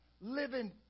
Living